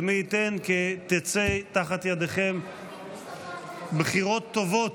ומי ייתן שייצאו תחת ידיכם בחירות טובות.